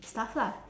stuff lah